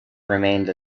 remained